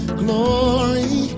glory